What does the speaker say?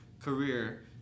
career